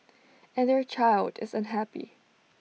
and their child is unhappy